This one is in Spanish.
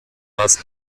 las